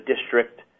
district